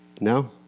No